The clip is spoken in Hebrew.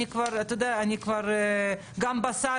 את נושא הבשר,